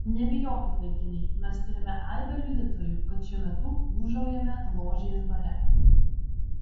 nebijokit vaikinai mes turime aibę liudytojų kad šiuo metu ūžaujame ložės bare